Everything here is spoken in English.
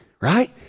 right